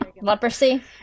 Leprosy